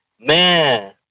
man